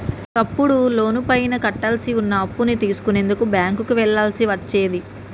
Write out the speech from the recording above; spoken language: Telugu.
ఒకప్పుడు లోనుపైన కట్టాల్సి వున్న అప్పుని తెలుసుకునేందుకు బ్యేంకుకి వెళ్ళాల్సి వచ్చేది